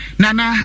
nana